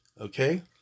okay